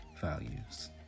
values